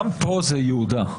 גם פה זה יהודה.